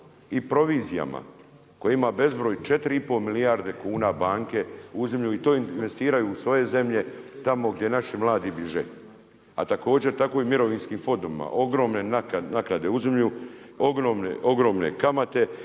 i provizijama koje ima bezbroj, 4 i pol milijarde kuna banke uzimaju i to investiraju usvoje zemlje tamo gdje naši mladi bježe. A također tako i mirovinski fondovima, ogromne naknade uzimaju, ogromne kamate